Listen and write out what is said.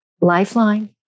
lifeline